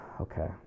Okay